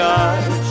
eyes